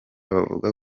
bavuga